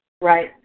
Right